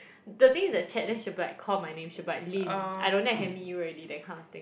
the thing is the chat then she'll be call my name she'll be like Lynn I don't think I can meet you already that kind of thing